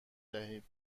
دهید